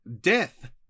death